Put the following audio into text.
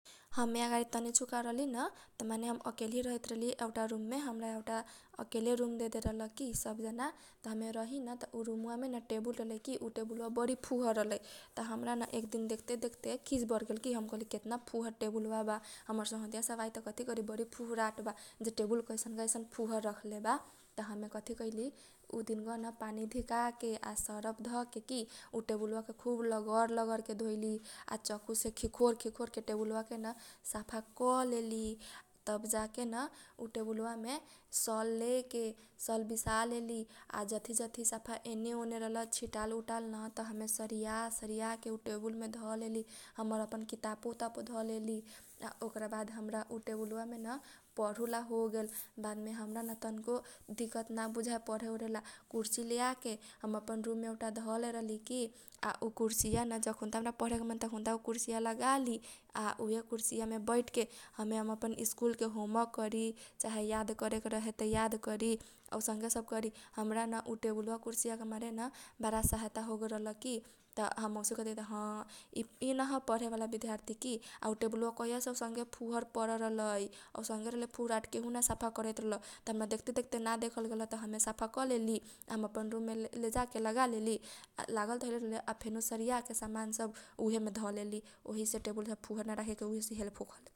हमे अगाडि तनी चुका रहली न त माने हम एकेले रहैत रहली एउटा रूम मे एउटा अकेले रूम देदेले रहल की सब जना त हमे रही न त उ रूम मामे टेबुल रहलइ की उ टेबुल बा बरी फुहर रहलै त हमरा न एक दिन देख ते देख ते खीस बर्गेल की। त कहली केतना फुहर टेबुल बा हमर संगघतीया सब आइ त कथी कही बरी फुहराट बा जे टेबुल कैसन फुहर राख ले बा त हमे कथी कैली उ दिनका बा न पानी धिकाके आ सरफ धकेकी उ टेबुलबा के खुब लगर लगरके धोइली चकुसे खिखोर खिखोर के टेबुलबा केन सफा कर लेली। तब जाके न उ टेबुलबा मे सल लेके सल बिसा लेली आ जथी जथी सफा एने ओने रहलन छिटाल उकालो न । त हमे सरिया सरिया के उ टेबुल मे धलेली हम अपन किताब उताब धलेली आ ओकरा बाद हमरा उ टेबुल बा मेन पढुला होगेल बाद मेन हमरा न तनको दिकत ना बुझाए पढे ओढे ला कुर्सी लेआके हमे अपन रूम मे धलेल रहली की आ उ कुर्सी यान जखुनता हमरा मन करे तखुनता उ कुर्सी लगाली आ उहे कुर्सी या मे बैठके हमेअपन स्कूल के होमवर्क करी चाहे याद करे के रहे त याद करी। ओसंके करी हमरा न उ टेबुलवा आ कुर्सी या के मारे न सहेता होगेल रहल की आ हमर मौसी कहिता ह इ न ह पढे बाला बिधार्थी की उ टेबुल वा कहिया से आउसन के फुहर परल रहलै औसन के रह लै फुहराट केहु ना रहलै सफा करैत रहल। त हमरा देखते देखते ना देखे गेल न त हमे सफाकरलेली आ अपन रूम मे लेजाके लगालेली आ लागल त हैले रहलै आ फेनु सरिया के समान सब उहेमे धलेली उहेसे टेबुल सब फुहर ना राखे के उहे से हेल्प होखलै।